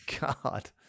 God